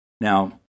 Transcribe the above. Now